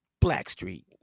Blackstreet